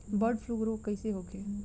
Bird flu रोग कईसे होखे?